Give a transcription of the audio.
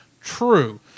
true